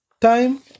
Time